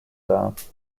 darf